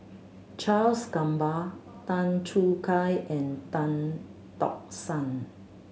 Charles Gamba Tan Choo Kai and Tan Tock San